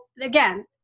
again